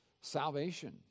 salvation